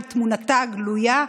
עם תמונתה הגלויה,